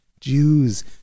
Jews